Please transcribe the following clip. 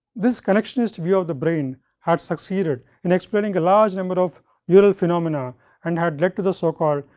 this connectionist view of the brain had succeeded in explaining a large number of neural phenomena and had led to the so called,